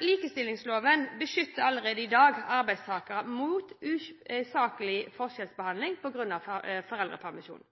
Likestillingsloven beskytter allerede i dag arbeidstakere mot usaklig forskjellsbehandling på grunn av foreldrepermisjon.